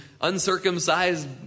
uncircumcised